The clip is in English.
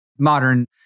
modern